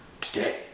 today